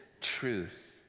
truth